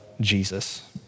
Jesus